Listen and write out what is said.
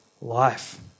life